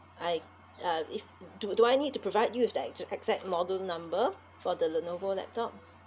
I uh if do do I need to provide you with the ex~ exact model number for the lenovo laptop